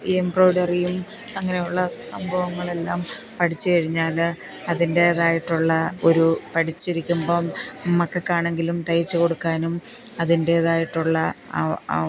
എംബ്രോയ്ഡറിയും അങ്ങനെയുള്ള സംഭവങ്ങളെല്ലാം പഠിച്ച് കഴിഞ്ഞാൽ അതിന്റെതായിട്ടുള്ള ഒരു പഠിച്ചിരിക്കുമ്പം മക്കൾക്ക് ആണെങ്കിലും തയ്ച്ചു കൊടുക്കാനും അതിന്റെതായിട്ടുള്ള ആ